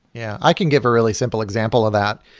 yeah i can give a really simple example of that.